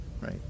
right